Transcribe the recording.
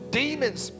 demons